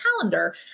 calendar